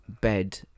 bed